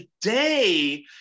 today